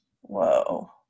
Whoa